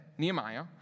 Nehemiah